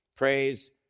Praise